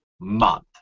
month